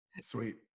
Sweet